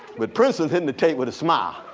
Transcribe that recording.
but princeton's hitting the tape with a smile.